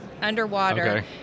underwater